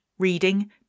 reading